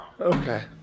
Okay